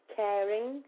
caring